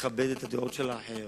לכבד את הדעות של האחר,